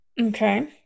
Okay